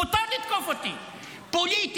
מותר לתקוף אותי פוליטית,